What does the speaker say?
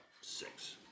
six